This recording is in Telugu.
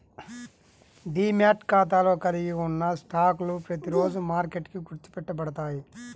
డీమ్యాట్ ఖాతాలో కలిగి ఉన్న స్టాక్లు ప్రతిరోజూ మార్కెట్కి గుర్తు పెట్టబడతాయి